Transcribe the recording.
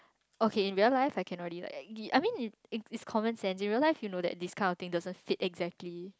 okay in real life I can already like I mean it it's common sense you realise you know that this kind of thing doesn't fit exactly